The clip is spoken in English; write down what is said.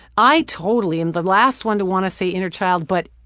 i totally am the last one to want to say inner child but.